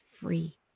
free